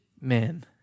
men